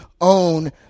own